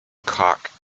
cock